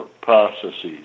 processes